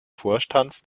vorstands